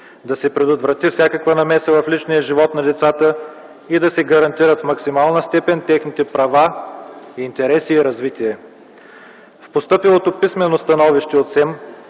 да се предотврати всякаква намеса в личния живот на децата и да се гарантират в максимална степен техните права, интереси и развитие. В постъпилото писмено становище от СЕМ